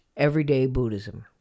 everydaybuddhism